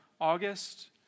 August